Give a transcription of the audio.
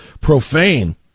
profane